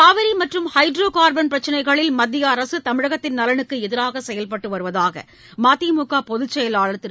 காவிரி மற்றும் ஹைட்ரோகார்பன் போன்ற பிரச்னைகளில் மத்திய அரசு தமிழகத்தின் நலனுக்கு எதிராக செயல்பட்டு வருவதாக மதிமுக பொதுச் செயலாளர் திரு